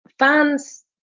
Fans